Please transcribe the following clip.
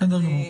בסדר גמור.